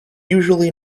usually